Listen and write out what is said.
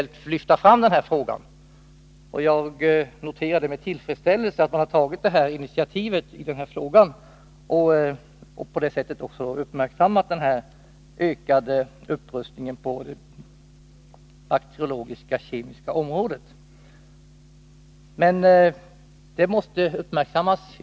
Jag noterade med tillfredsställelse att den ökade upprustningen på det bakteriologisk-kemiska området på det sättet har uppmärksammats.